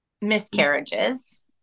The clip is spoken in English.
miscarriages